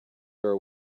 were